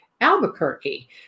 Albuquerque